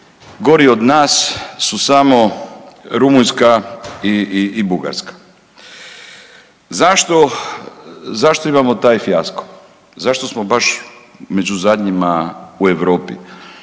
gori od nas su samo Rumunjska i Bugarska. Zašto imamo taj fijasko? Zašto smo baš među zadnjima u Europi?